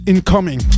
incoming